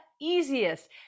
easiest